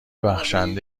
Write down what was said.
بخشنده